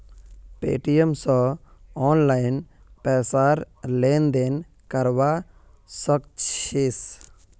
Paytm स online पैसार लेन देन करवा सक छिस